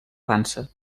dansa